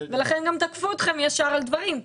לכן גם תקפו אתכם על דברים.